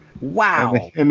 Wow